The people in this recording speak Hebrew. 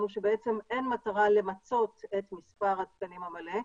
שבעצם אין מטרה למצות את מספר התקנים המלא,